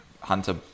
Hunter